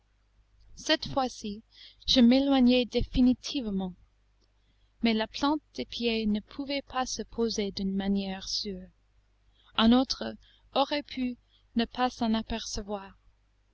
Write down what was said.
cette fois-ci je m'éloignai définitivement mais la plante des pieds ne pouvait pas se poser d'une manière sûre un autre aurait pu ne pas s'en apercevoir